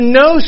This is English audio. no